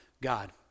God